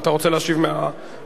אתה רוצה להשיב מהדוכן?